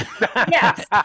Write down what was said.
Yes